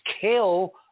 kill